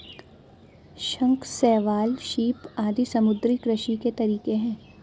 शंख, शैवाल, सीप आदि समुद्री कृषि के तरीके है